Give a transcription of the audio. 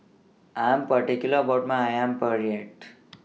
I Am particular about My Ayam Penyet